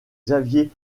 xavier